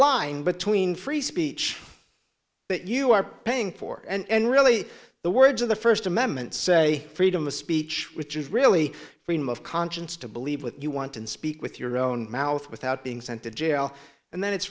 line between free speech that you are paying for and really the words of the first amendment say freedom of speech which is really freedom of conscience to believe what you want and speak with your own mouth without being sent to jail and then it's